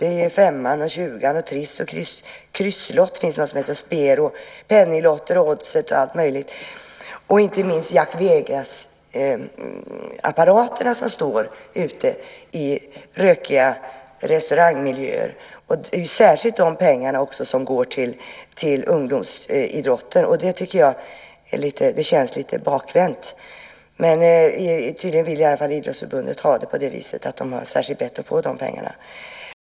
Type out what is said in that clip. Det är Femman, Tjugan, Triss, Krysslotten, Spero, Penninglotter, Oddset och allt möjligt, och inte minst de Jack Vegas-apparater som står ute rökiga restaurangmiljöer. Det är särskilt dessa pengar som går till ungdomsidrotten. Det tycker jag känns lite bakvänt. Men idrottsförbunden vill tydligen ha det på det viset. De har särskilt bett att få dessa pengar.